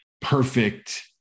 perfect